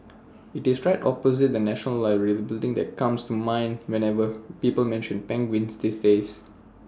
IT is right opposite the National Library that building that comes to mind whenever people mention penguins these days